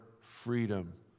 freedom